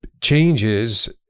changes